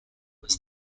was